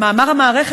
במאמר המערכת,